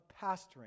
pastoring